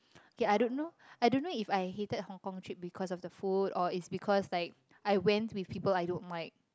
okay I don't know I don't know if I hated Hong-Kong trip because of the food or it's because like I went with people I don't like